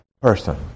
person